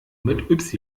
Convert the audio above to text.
mit